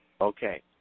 Okay